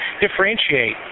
differentiate